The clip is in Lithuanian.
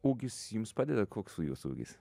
ūgis jums padeda koks jūsų ūgis